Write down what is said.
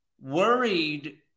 worried